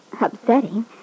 upsetting